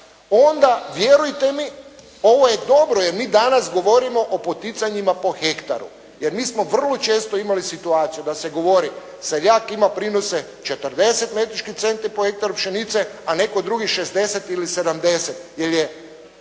onda vjerujte mi ovo je dobro, jer mi danas o govorimo o poticanjima po hektaru, jer mi smo vrlo često imali situaciju da se govori, seljak ima prinose 40 metričkih centi po hektaru pšenice, a netko drugi 60 ili 70,